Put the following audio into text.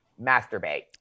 Masturbate